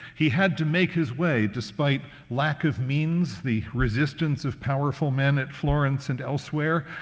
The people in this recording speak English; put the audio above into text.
he had to make his way, despite lack of means, the resistance of powerful men at florence and elsewhere,